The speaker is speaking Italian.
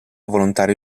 volontario